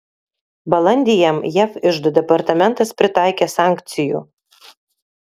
balandį jam jav iždo departamentas pritaikė sankcijų